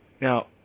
Now